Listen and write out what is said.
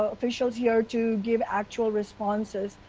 ah officials here, to give actual responses.